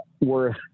worth